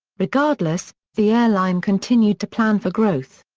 regardless, the airline continued to plan for growth.